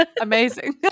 Amazing